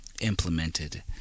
implemented